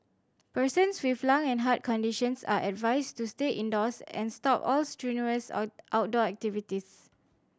persons with lung and heart conditions are advised to stay indoors and stop all strenuous out outdoor activities